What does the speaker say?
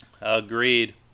Agreed